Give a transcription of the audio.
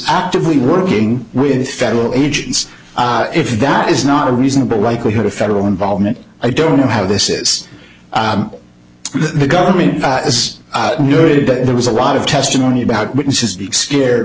actively working with federal agents if that is not a reasonable likelihood of federal involvement i don't know how this is the government that is near it but there was a lot of testimony about witnesses scared